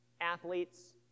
athletes